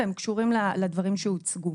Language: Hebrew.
והם קשורים לדברים שהוצגו.